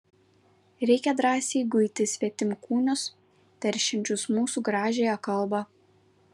reikia drąsiai guiti svetimkūnius teršiančius mūsų gražiąją kalbą